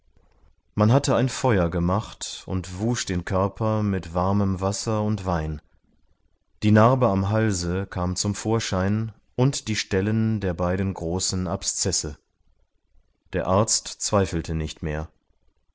man hatte ein feuer gemacht und wusch den körper mit warmem wasser und wein die narbe am halse kam zum vorschein und die stellen der beiden großen abszesse der arzt zweifelte nicht mehr